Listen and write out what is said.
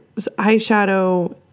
eyeshadow